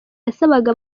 basabaga